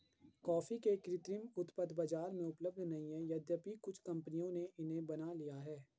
coffee के कृत्रिम उत्पाद बाजार में उपलब्ध नहीं है यद्यपि कुछ कंपनियों ने इन्हें बना लिया है